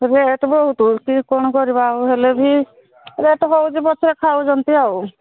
rate ବହୁତ କିଏ କ'ଣ କରିବ ହେଲେ ବି ରେଟ୍ ହେଉଛି ପଛେ ଖାଉଛନ୍ତି ଆଉ